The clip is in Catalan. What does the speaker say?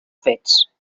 fets